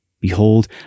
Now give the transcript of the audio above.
Behold